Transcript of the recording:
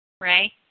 Ray